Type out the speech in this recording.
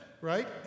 right